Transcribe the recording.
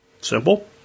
Simple